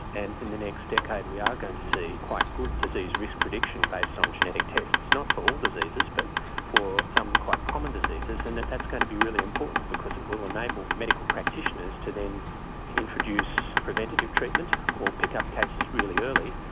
and in the next decade we are going to see quite good disease risk prediction based on genetic tests, not for all diseases but for some quite common diseases, and that's going to be really important because it will enable medical practitioners to then introduce preventative treatment or pick up cases really early,